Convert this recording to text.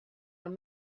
i’m